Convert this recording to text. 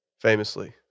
Famously